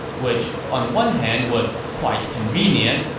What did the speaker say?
which on one hand was quite convenient,